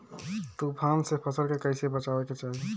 तुफान से फसल के कइसे बचावे के चाहीं?